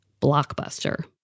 Blockbuster